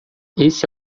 esse